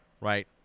right